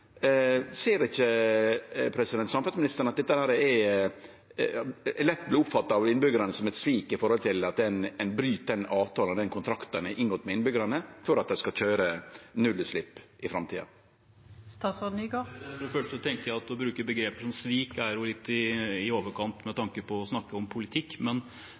Ser ikkje samferdselsministeren at dette lett vert oppfatta av innbyggjarane som eit svik ved at ein bryt desse kontraktane ein har inngått med innbyggjarane for at dei skal køyre nullutslepp i framtida? For det første tenker jeg at det å bruke begrep som «svik» er litt i overkant med tanke på å snakke om politikk. Men